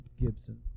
Gibson